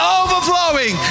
overflowing